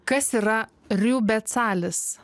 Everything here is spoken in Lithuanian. kas yra riubetsalis